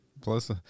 Plus